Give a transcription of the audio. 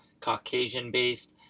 Caucasian-based